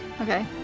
Okay